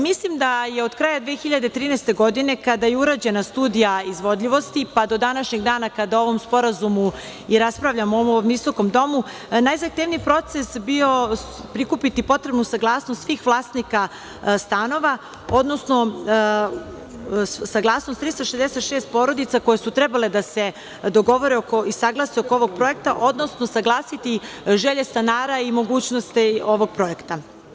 Mislim da je od kraja 2013. godine kada je urađena studija izvodljivosti, pa do današnjeg dana kada o ovom sporazumu i raspravljamo u ovom visokom domu, najzahtevniji proces bio prikupiti potrebnu saglasnost svih vlasnika stanova, odnosno saglasnost 366 porodica koje su trebale da se dogovore i saglase oko ovog projekta, odnosno saglasiti želje stanara i mogućnosti ovog projekta.